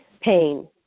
pain